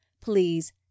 Please